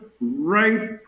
right